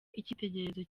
igitekerezo